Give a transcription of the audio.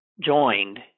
joined